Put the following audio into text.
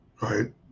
Right